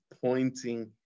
pointing